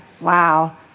Wow